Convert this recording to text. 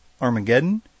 Armageddon